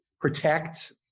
protect